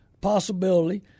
possibility